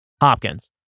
Hopkins